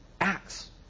Acts